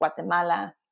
Guatemala